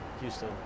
Houston